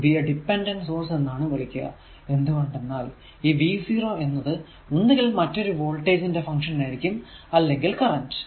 ഇവയെ dependent source എന്നാണ് വിളിക്കുക എന്തുകൊണ്ടെന്നാൽ ഈ v0 എന്നത് ഒന്നുകിൽ മറ്റൊരു വോൾടേജ് ന്റെ ഫങ്ക്ഷൻ ആയിരിക്കും അല്ലെങ്കിൽ കറന്റ്